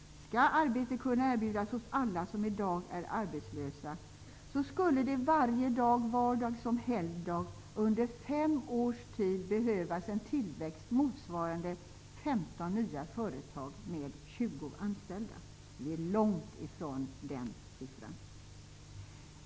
Skall arbete kunna erbjudas åt alla som i dag är arbetslösa, skulle det varje dag, vardag som helgdag, under fem års tid behövas en tillväxt motsvarande 15 nya företag med 20 anställda. Vi är långt ifrån de siffrorna.